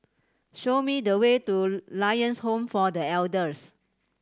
show me the way to Lions Home for The Elders